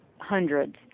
hundreds